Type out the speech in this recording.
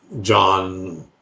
John